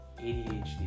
ADHD